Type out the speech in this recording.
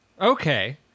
Okay